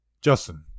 Justin